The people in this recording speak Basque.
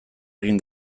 egin